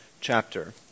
chapter